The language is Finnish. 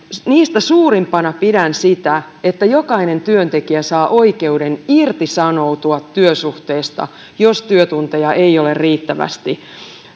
niistä suurimpana pidän sitä että jokainen työntekijä saa oikeuden irtisanoutua työsuhteesta jos työtunteja ei ole riittävästi